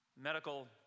Medical